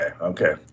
okay